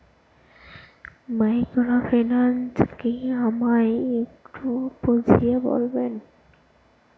Microfinance কি আমায় একটু বুঝিয়ে বলবেন?